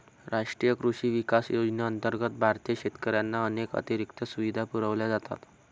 राष्ट्रीय कृषी विकास योजनेअंतर्गत भारतीय शेतकऱ्यांना अनेक अतिरिक्त सुविधा पुरवल्या जातात